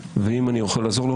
ואם אני יכול לעזור יכול